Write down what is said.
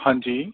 ਹਾਂਜੀ